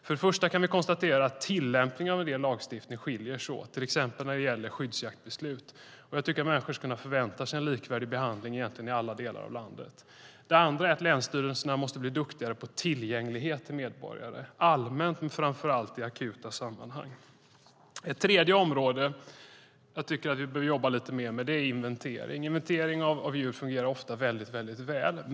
För det första kan vi konstatera att tillämpningen av en del lagstiftning skiljer sig åt, till exempel när det gäller skyddsjaktsbeslut. Jag tycker att människor ska kunna förvänta sig en likvärdig behandling i alla delar av landet. För det andra måste länsstyrelserna bli duktigare på att vara tillgängliga för medborgare, allmänt men framför allt i akuta sammanhang. Ett tredje område som jag tycker att vi bör jobba lite mer med är inventering. Inventeringen av djur fungerar ofta mycket väl.